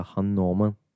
Han-Norman